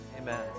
Amen